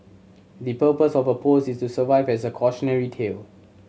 the purpose of her post is to serve as a cautionary tale